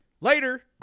Later